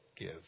give